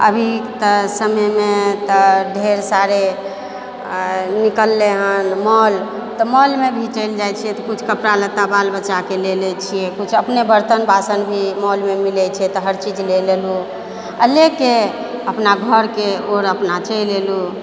अभीके तऽ समयमे तऽ ढेर सारे अऽ निकललै हँ माॅल तऽ माॅलमे भी चलि जाइ छिए तऽ किछु कपड़ा लत्ता बाल बच्चाके लऽ लै छिए किछु अपने बर्तन बासन भी माॅलमे मिलै छै तऽ हर चीज लऽ लेलहुँ आओर लऽ कऽ अपना घरके ओर अपना चलि अएलोँ